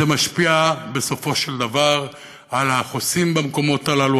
זה משפיע בסופו של דבר על החוסים במקומות הללו,